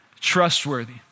trustworthy